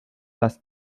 las